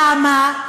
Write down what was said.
למה?